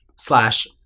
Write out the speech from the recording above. Slash